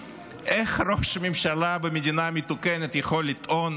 איך ראש ממשלה במדינה מתוקנת יכול לטעון